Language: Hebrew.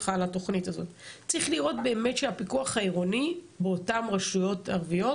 צריך לראות באמת שהפיקוח העירוני באותן רשויות ערביות